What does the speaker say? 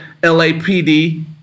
LAPD